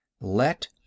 Let